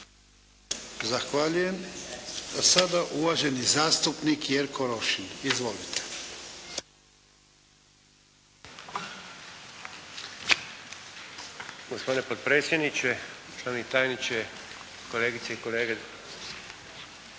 Zahvaljujem. A sada uvaženi zastupnik Jerko Rošin. Izvolite. **Rošin, Jerko (HDZ)** Gospodine potpredsjedniče, državni tajniče, kolegice i kolege.